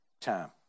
time